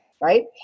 Right